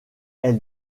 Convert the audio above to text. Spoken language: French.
elle